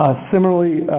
ah similarly,